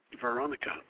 Veronica